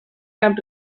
cap